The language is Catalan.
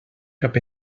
cap